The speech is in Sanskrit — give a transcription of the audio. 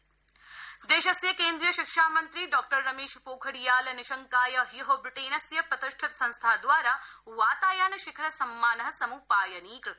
निशंक अवार्ड देशस्य केन्द्रीय शिक्षामन्त्रि डॉ रमेश पोखरियाल निशंकाय ह्य ब्रिटेनस्य प्रतिष्ठित संस्थाद्वारा वातायन शिखर सम्मान सम्पायनीकृत